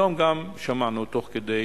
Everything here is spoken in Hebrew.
היום גם שמענו, תוך כדי